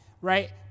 right